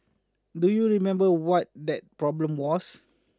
do you remember what that problem was